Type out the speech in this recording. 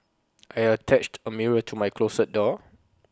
I attached A mirror to my closet door